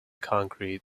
concrete